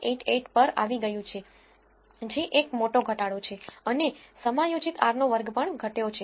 588 પર આવી ગયું છે જે એક મોટો ઘટાડો છે અને સમાયોજિત r નો વર્ગ પણ ઘટ્યો છે